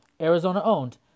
Arizona-owned